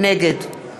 נגד